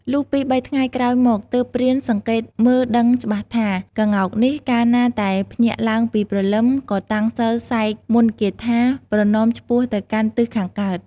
លុះពីរ បីថ្ងៃក្រោយមក ទើបព្រានសង្កេតមើលដឹងច្បាស់ថា ក្ងោកនេះកាលណាតែភ្ញាក់ឡើងពីព្រលឹមក៏តាំងសីលសែកមន្ដគាថា ប្រណម្យឆ្ពោះទៅកាន់ទិសខាងកើត។